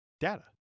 data